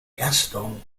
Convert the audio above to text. gaston